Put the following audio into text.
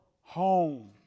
home